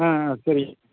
ஆ ஆ சரி